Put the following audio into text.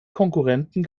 konkurrenten